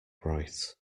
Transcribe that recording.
bright